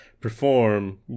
perform